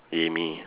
!yay! me